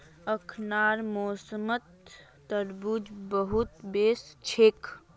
अखनार मौसमत तरबूज बहुत वोस छेक